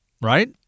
right